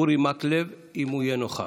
אורי מקלב, אם יהיה נוכח,